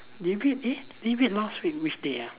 David eh David last week which day ah